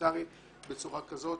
הפרלמנטרי בצורה כזאת,